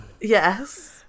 yes